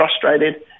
frustrated